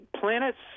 planets